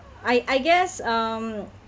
I I guess um